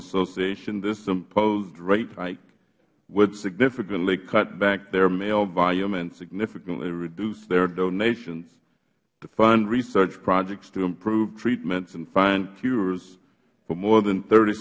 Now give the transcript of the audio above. association this imposed rate hike would significantly cut back their mail volume and significantly reduce their donations to fund research projects to improve treatments and find cures for more than thirty